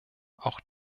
auch